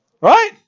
Right